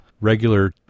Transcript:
regular